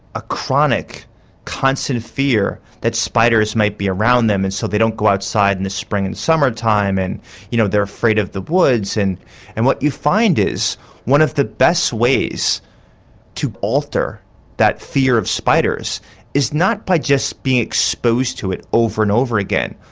a chronic constant fear that spiders might be around them so they don't go outside in the spring and summertime and you know they are afraid of the woods. and and what you find is one of the best ways to alter that fear of spiders is not by just being exposed to it over and over again,